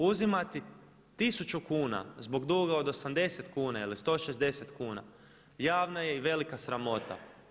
Uzimati tisuću kuna zbog duga od 80 kuna ili 160 kuna javna je i velika sramota.